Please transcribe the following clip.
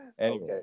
Okay